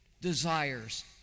desires